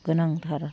गोनांथार